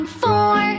four